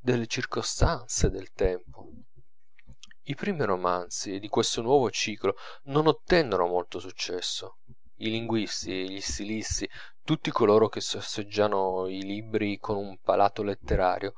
delle circostanze del tempo i primi romanzi di questo nuovo ciclo non ottennero molto successo i linguisti gli stilisti tutti coloro che sorseggiano i libri con un palato letterario